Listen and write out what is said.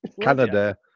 Canada